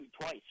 twice